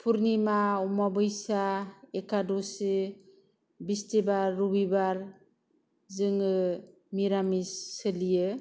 फुरनिमा अमाबैसा एकाद'सि बिस्तिबार रबिबार जोङो मिरामिस सोलियो